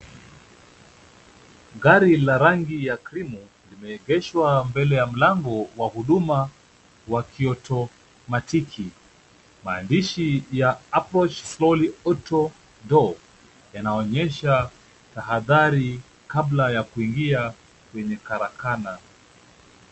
Gari la rangi ya krimu limeegeshwa mbele ya mlango wa huduma ya kiautomatiki. Maandishi ya approach slowly autodoor yanaonyesha tahadhari kabla ya kuingia kwenye karakana.